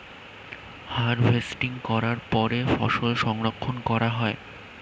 harvesting করার পরে ফসল সংরক্ষণ করা হয়